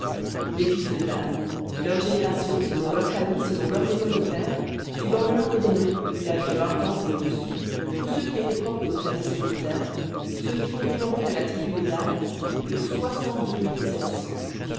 des fils de gad leurs générations selon leurs familles selon leurs maisons de pères suivant le nombre des noms depuis l'âge de vingt ans et au-dessus tous ceux qui étaient propres au service militaire ceux qui furent dénombrés de la tribu de gad furent